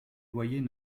loyers